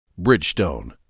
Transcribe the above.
Bridgestone